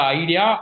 idea